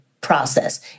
process